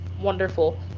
wonderful